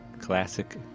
Classic